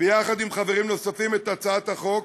ביחד עם חברים נוספים, את הצעת החוק,